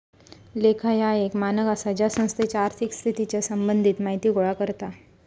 लेखा ह्या एक मानक आसा जा संस्थेच्या आर्थिक स्थितीच्या संबंधित माहिती गोळा करता